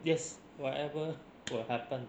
yes whatever will happen